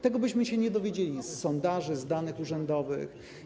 Tego byśmy się nie dowiedzieli z sondaży, z danych urzędowych.